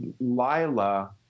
Lila